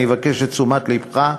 אני אבקש את תשומת לבך,